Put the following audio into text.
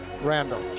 Randall